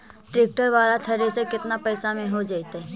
Tractor बाला thresher केतना पैसा में हो जैतै?